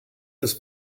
das